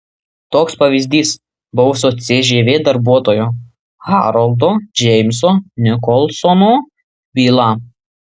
toks pavyzdys buvusio cžv darbuotojo haroldo džeimso nikolsono byla